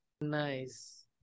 Nice